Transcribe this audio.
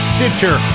Stitcher